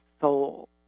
soul